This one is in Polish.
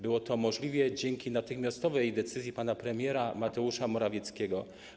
Było to możliwe dzięki natychmiastowej decyzji pana premiera Mateusza Morawieckiego.